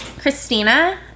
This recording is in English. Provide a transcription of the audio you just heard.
Christina